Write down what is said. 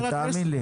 תאמין לי.